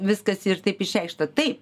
viskas ir taip išreikšta taip